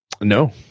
No